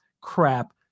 crap